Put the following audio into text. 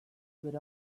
with